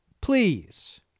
please